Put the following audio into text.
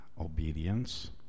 obedience